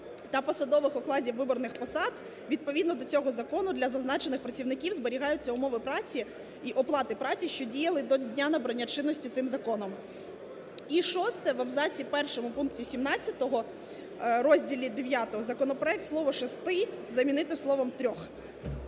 та посадових окладів виборних посад відповідно до цього закону для зазначених працівників зберігаються умови праці і оплати праці, що діяли до дня набрання чинності цим законом". І шосте. В абзаці першому пункту 17 розділу ІХ законопроект слово "шести" замінити словом